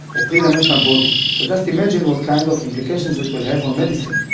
a three-dimensional body so just imagine what kind of implications it will have on medicine.